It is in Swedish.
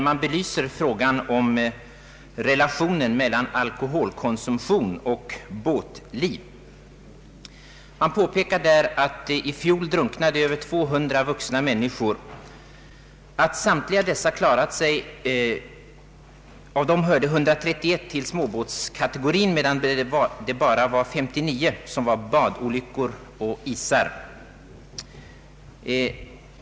Man belyser där frågan om relationen mellan alkoholkonsumtion och båtliv. Man påpekar att i fjol över 200 vuxna människor drunknade. Av de olyckorna hörde 131 till småbåtskategorin, medan bara 59 utgjordes av badoch isolyckor.